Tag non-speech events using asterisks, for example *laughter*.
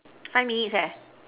*noise* five minutes eh